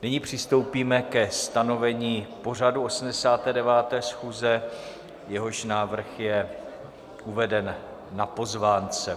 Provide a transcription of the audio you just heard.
Nyní přistoupíme ke stanovení pořadu 89. schůze, jehož návrh je uveden na pozvánce.